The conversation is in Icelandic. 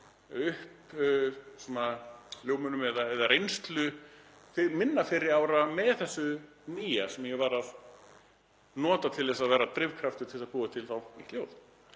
uppljómunum eða reynslu minna fyrri ára með þessu nýja sem ég var að nota til þess að vera drifkraftur til að búa til þá nýtt ljóð.